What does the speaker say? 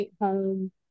Home